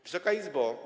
Wysoka Izbo!